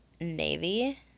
navy